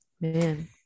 man